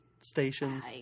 stations